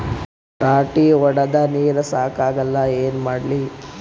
ರಾಟಿ ಹೊಡದ ನೀರ ಸಾಕಾಗಲ್ಲ ಏನ ಮಾಡ್ಲಿ?